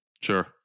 Sure